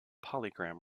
polygram